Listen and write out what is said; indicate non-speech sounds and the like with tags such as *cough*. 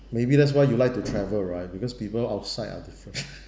maybe that's why you like to travel right because people outside are different *noise*